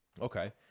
Okay